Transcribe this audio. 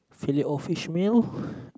fillet all fish meal